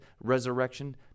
resurrection